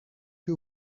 que